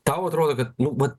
tau atrodo kad nu vat